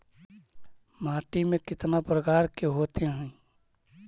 माटी में कितना प्रकार के होते हैं?